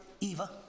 Eva